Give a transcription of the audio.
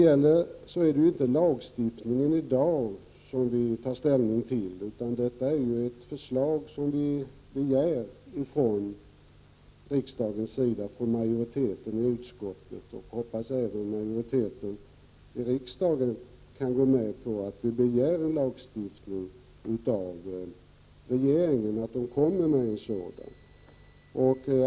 Vi tar ju i dag inte ställning till lagstiftningen i sig, utan vi — utskottsmajoriteten och, hoppas jag, även riksdagsmajoriteten — begär att regeringen skall komma med en lagstiftning.